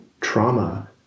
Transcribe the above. trauma